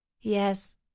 yes